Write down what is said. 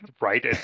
Right